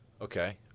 Okay